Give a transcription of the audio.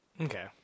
Okay